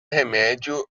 remédio